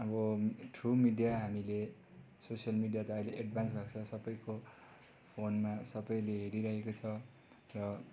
अब through media हामीले social media त अहिले एड्भान्स भएको छ सबैको फोनमा सबैले हेरिरहेकै छ र